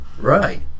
right